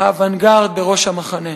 האוונגרד בראש המחנה.